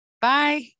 bye